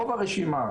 רוב הרשימה,